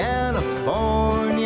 California